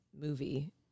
movie